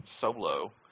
solo